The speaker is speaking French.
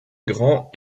grant